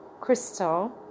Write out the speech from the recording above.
crystal